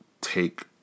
take